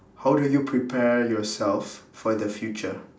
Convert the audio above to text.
how do you prepare yourself for the future